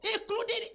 including